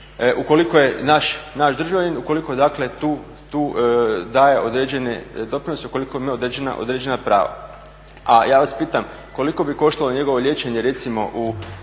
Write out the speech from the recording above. Ukoliko je naš državljanin, ukoliko je dakle tu daje određene doprinose, ukoliko ima određena prava. A ja vas pitam koliko bi koštalo njegovo liječenje recimo u